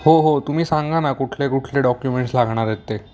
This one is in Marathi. हो हो हो तुम्ही सांगा ना कुठले कुठले डॉक्युमेंट्स लागणार आहेत ते